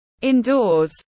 indoors